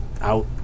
out